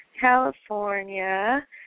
California